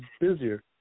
busier